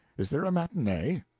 is there a matinee?